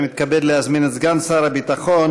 אני מתכבד להזמין את סגן שר הביטחון,